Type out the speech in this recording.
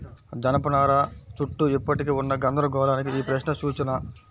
జనపనార చుట్టూ ఇప్పటికీ ఉన్న గందరగోళానికి ఈ ప్రశ్న సూచన